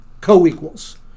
co-equals